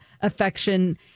affection